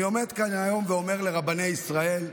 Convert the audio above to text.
אני עומד כאן היום ואומר לרבני ישראל,